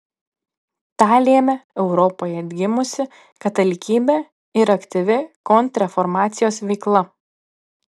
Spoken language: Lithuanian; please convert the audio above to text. tą lėmė europoje atgimusi katalikybė ir aktyvi kontrreformacijos veikla